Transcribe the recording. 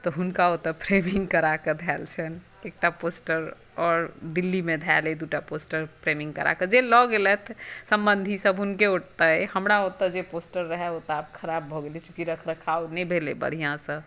तऽ हुनका ओतय फ्रेमिंग करा कऽ धयल छनि एकटा पोस्टर आओर दिल्लीमे धयल अइ दू टा पोस्टर फ्रेमिंग करा कऽ जे लऽ गेलथि सबन्धीसभ हुनके ओतय अइ हमरा ओतय जे पोस्टर रहय ओ तऽ आब खराब भऽ गेल अछि चूँकि रख रखाव नहि भेलै बढ़िआँसँ